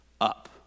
up